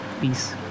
Peace